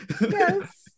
Yes